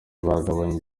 yagabye